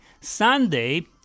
Sunday